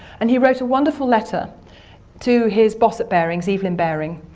and he wrote a wonderful letter to his boss at barings, evelyn baring,